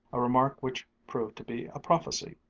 a remark which proved to be a prophecy.